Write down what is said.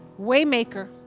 Waymaker